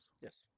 Yes